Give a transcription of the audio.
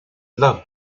loved